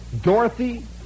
Dorothy